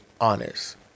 honest